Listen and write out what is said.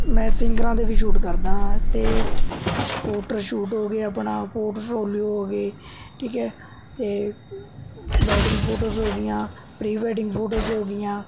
ਮੈਂ ਸਿੰਗਰਾਂ ਦੇ ਵੀ ਸ਼ੂਟ ਕਰਦਾ ਹਾਂ ਅਤੇ ਪੋਟਰ ਸ਼ੂਟ ਹੋ ਗਏ ਆਪਣਾ ਪੋਰਟਫੋਲੀਓ ਹੋ ਗਏ ਠੀਕ ਹੈ ਅਤੇ ਵੈਡਿੰਗ ਫੋਟੋਜ਼ ਹੋ ਗਈਆਂ ਪ੍ਰੀ ਵੈਡਿੰਗ ਫੋਟੋਜ਼ ਹੋ ਗਈਆਂ